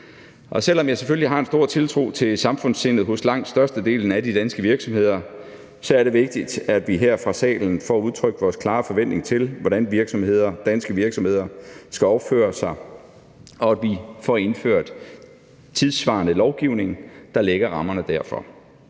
Og selv om jeg selvfølgelig har en stor tiltro til samfundssindet hos langt størstedelen af de danske virksomheder, er det vigtigt, at vi her fra salen får udtrykt vores klare forventning til, hvordan danske virksomheder skal opføre sig, og at vi får indført tidssvarende lovgivning, der lægger rammerne for